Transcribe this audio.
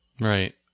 Right